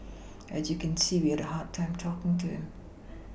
as you can see we had a hard time talking to him